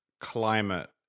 climate